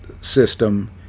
system